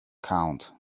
count